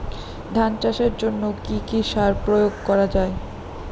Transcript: ধান চাষের জন্য কি কি সার প্রয়োগ করা য়ায়?